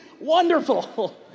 wonderful